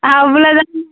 அவ்ளோ தான்